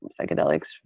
psychedelics